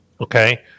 okay